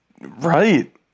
Right